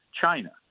China